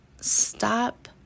Stop